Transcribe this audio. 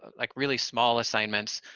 like, really small assignments